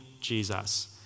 Jesus